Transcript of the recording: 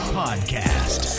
podcast